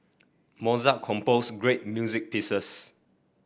Mozart composed great music pieces